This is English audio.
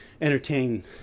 entertain